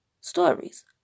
stories